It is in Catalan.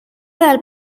del